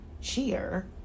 Cheer